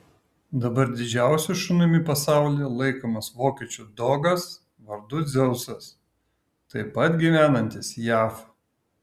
dabar didžiausiu šunimi pasaulyje laikomas vokiečių dogas vardu dzeusas taip pat gyvenantis jav